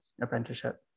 apprenticeship